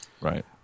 Right